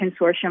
consortium